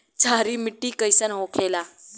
क्षारीय मिट्टी कइसन होखेला?